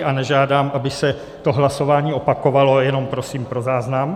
A nežádám, aby se hlasování opakovalo, jenom prosím pro záznam.